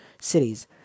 cities